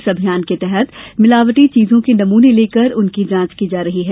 इस अभियान के तहत मिलावटी चीजों के नमूने लेकर उनकी जांच की जा रही है